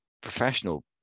professional